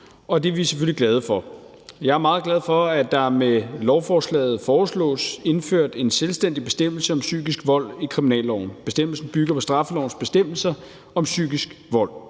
og det er vi selvfølgelig glade for. Jeg er meget glad for, at der med lovforslaget foreslås indført en selvstændig bestemmelse om psykisk vold i kriminalloven. Bestemmelsen bygger på straffelovens bestemmelser om psykisk vold.